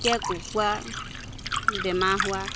তেতিয়া কুকুৰা বেমাৰ হোৱা